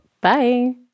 Bye